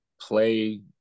play